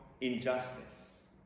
injustice